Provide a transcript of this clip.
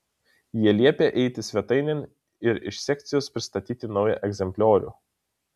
ji liepia eiti svetainėn ir iš sekcijos pristatyti naują egzempliorių